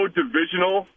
divisional